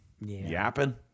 yapping